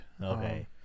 Okay